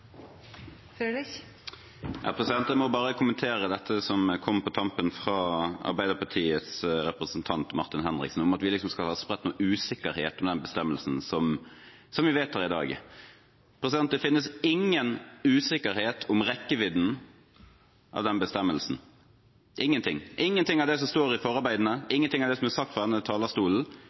Jeg må bare kommentere dette som kom på tampen fra Arbeiderpartiets representant Martin Henriksen, om at vi liksom skal ha spredt usikkerhet om bestemmelsen vi vedtar i dag. Det finnes ingen usikkerhet om rekkevidden av den bestemmelsen. Ingen ting ingen ting av det som står i forarbeidene, ingen ting av det som er sagt fra denne talerstolen